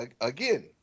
again